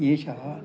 एषः